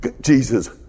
Jesus